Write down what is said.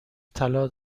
طلا